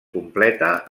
completa